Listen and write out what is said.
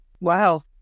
Wow